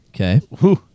Okay